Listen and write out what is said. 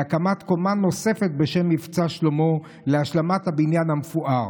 להקמת קומה נוספת בשם "מבצע שלמה" להשלמת הבניין המפואר.